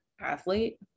athlete